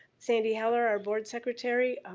sandy heller, our board secretary,